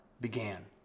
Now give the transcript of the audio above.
began